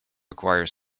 acquire